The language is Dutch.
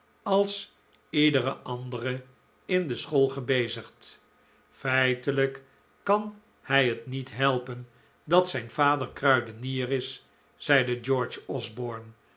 als iedere andere in de school gebezigd feitelijk kan hij het niet helpen dat zijn vader kruidenier is zeide george osborne